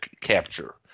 capture